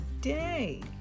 day